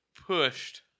pushed